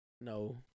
no